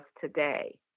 today